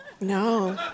No